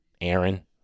Aaron